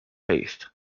faith